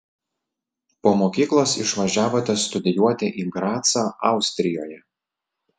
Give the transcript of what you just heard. po mokyklos išvažiavote studijuoti į gracą austrijoje